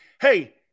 hey